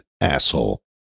asshole